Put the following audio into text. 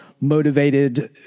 motivated